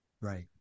right